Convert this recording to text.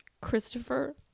Christopher